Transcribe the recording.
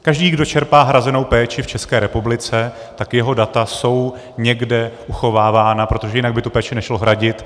Každý, kdo čerpá hrazenou péči v České republice, jeho data jsou někde uchovávána, protože jinak by tu péči nešlo hradit.